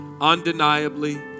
undeniably